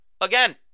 Again